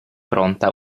pronta